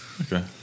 Okay